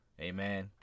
Amen